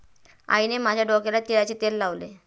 आईने माझ्या डोक्याला तिळाचे तेल लावले